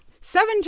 seven